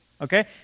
Okay